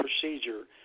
procedure